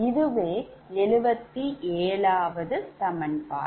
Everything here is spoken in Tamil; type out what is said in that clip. இதுவே 77 சமன்பாட்டு